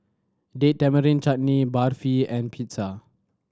Date Tamarind Chutney Barfi and Pizza